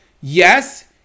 yes